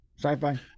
sci-fi